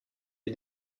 les